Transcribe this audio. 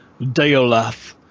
Deolath